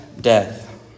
death